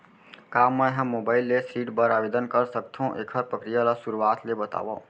का मैं ह मोबाइल ले ऋण बर आवेदन कर सकथो, एखर प्रक्रिया ला शुरुआत ले बतावव?